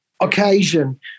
occasion